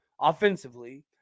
offensively